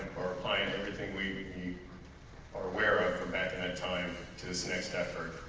are applying everything we are aware of from that and and time to this next effort.